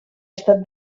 estat